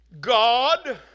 God